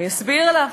אני אסביר לך.